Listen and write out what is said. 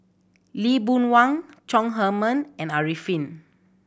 Lee Boon Wang Chong Heman and Arifin